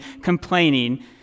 complaining